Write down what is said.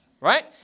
Right